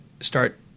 start